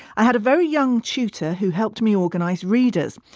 i had a very young tutor who helped me organise readers.